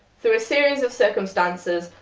through a series of circumstances,